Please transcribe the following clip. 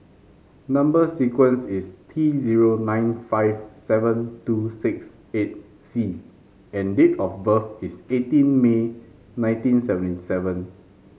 number sequence is T zero nine five seven two six eight C and date of birth is eighteen May nineteen seventy seven